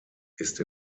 ist